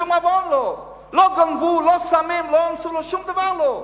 שום עבר, לא גנבו, לא סמים, לא אנסו, שום דבר לא.